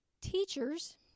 Teachers